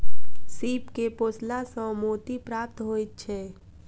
सीप के पोसला सॅ मोती प्राप्त होइत छै